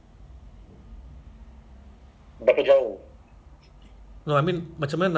I mean the so called electricity is still passing in the in the device kan